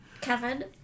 Kevin